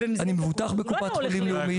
אני מבוטחת בקופת חולים לאומית,